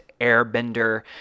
Airbender